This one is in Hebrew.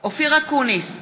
אופיר אקוניס,